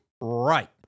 right